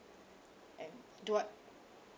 and do I